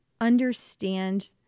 understand